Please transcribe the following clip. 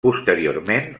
posteriorment